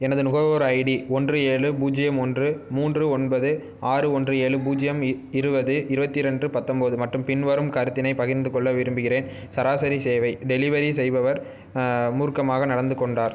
எனது நுகர்வோர் ஐடி ஒன்று ஏழு பூஜ்ஜியம் ஒன்று மூன்று ஒன்பது ஆறு ஒன்று ஏழு பூஜ்ஜியம் இ இருபது இருபத்தி ரெண்டு பத்தொம்போது மற்றும் பின்வரும் கருத்தினை பகிர்ந்து கொள்ள விரும்புகின்றேன் சராசரி சேவை டெலிவரி செய்பவர் மூர்க்கமாக நடந்து கொண்டார்